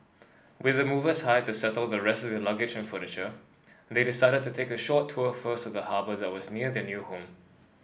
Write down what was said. with the movers hired to settle the rest of their luggage and furniture they decided to take a short tour first of the harbour that was near their new home